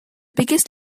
biggest